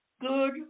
good